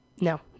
no